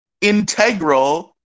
integral